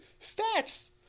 stats